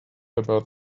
about